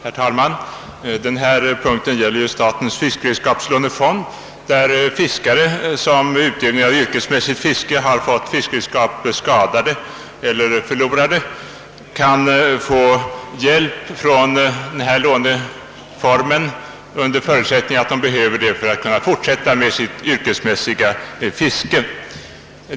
Herr talman! Denna punkt gäller statens fiskredskapslånefond. Fiskare som vid utövning av yrkesmässigt fiske har fått fiskredskapen skadade eller förlorat dem kan få hjälp från denna lånefond under förutsättning att de behöver det för att kunna fortsätta med sitt yrkesmässiga fiske.